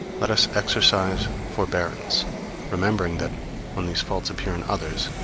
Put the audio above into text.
let us exercise forbearance remembering that when these faults appear in others,